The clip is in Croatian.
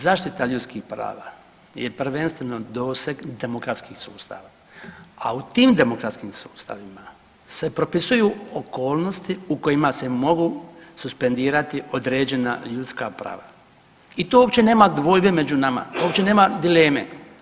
Zaštita ljudskih prava je prvenstveno doseg demokratskih sustava, a u tim demokratskim sustavima se propisuju okolnosti u kojima se mogu suspendirati određena ljudska prava i tu uopće nema dvojbe među nama, uopće nema dileme.